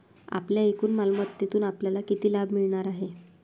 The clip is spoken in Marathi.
आपल्या एकूण मालमत्तेतून आपल्याला किती लाभ मिळणार आहे?